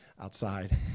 outside